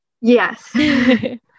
Yes